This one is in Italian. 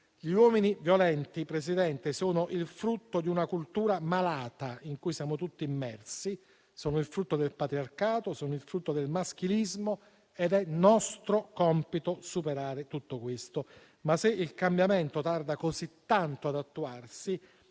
Gli uomini violenti, Presidente, sono il frutto di una cultura malata in cui siamo tutti immersi, sono il frutto del patriarcato, e del maschilismo: è nostro compito superare tutto questo, ma, se il cambiamento tarda così tanto ad attuarsi,